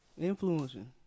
Influencing